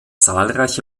zahlreiche